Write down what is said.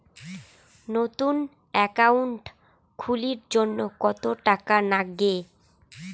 নতুন একাউন্ট খুলির জন্যে কত টাকা নাগে?